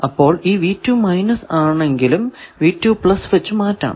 അപ്പോൾ ഈ ആണെങ്കിലും വച്ച് മാറ്റാം